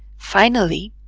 finally,